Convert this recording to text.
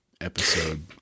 episode